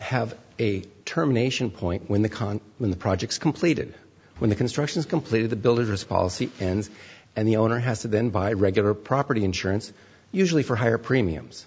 have a terminations point when the con when the projects completed when the construction is completed the builders policy and and the owner has to then buy regular property insurance usually for higher premiums